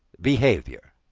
behavior,